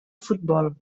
futbol